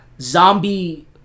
zombie